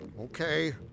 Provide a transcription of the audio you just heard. Okay